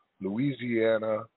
Louisiana